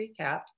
recap